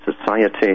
society